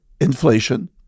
inflation